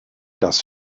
das